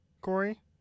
Corey